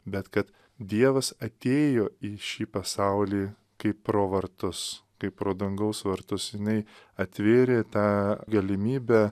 bet kad dievas atėjo į šį pasaulį kaip pro vartus kaip pro dangaus vartus jinai atvėrė tą galimybę